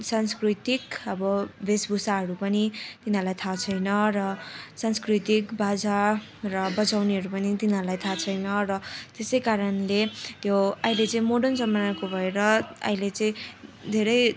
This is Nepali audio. सांस्कृतिक अब वेशभूषाहरू पनि तिनीहरूलाई थाहा छैन र सांस्कृतिक बाजा र बजाउनेहरू पनि तिनीहरूलाई थाहा छैन र त्यसै कारणले त्यो अहिले चाहिँ मोडर्न जमानाको भएर अहिले चाहिँ धेरै